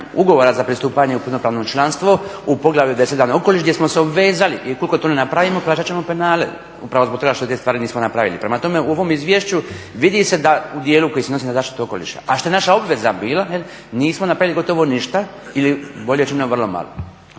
Ugovora za pristupanje u punopravno članstvo u poglavlju …/Govornik se ne razumije./… okoliš gdje smo se obvezali. I ukoliko to ne napravimo plaćati ćemo penale upravo zbog toga što te stvari nismo napravili. Prema tome u ovom izvješću vidi se u dijelu koji se odnosi na zaštitu okoliša, a što je naša obveza bila, nismo napravili gotovo ništa ili bolje rečeno vrlo malo.